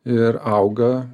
ir auga